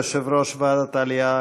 יושב-ראש ועדת העלייה,